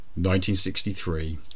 1963